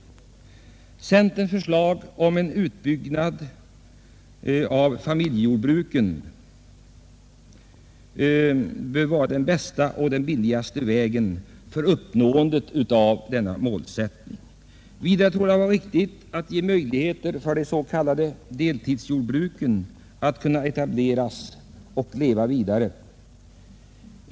Centerns förslag om en utbyggnad av familjejordbruken bör vara den bästa och den billigaste vägen till uppnåendet av detta mål. Vidare torde det vara riktigt att ge möjligheter för s.k. deltidsjordbruk att etableras och leva vidare.